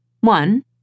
One